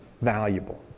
valuable